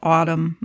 Autumn